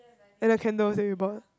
and the candles that we bought